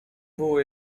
było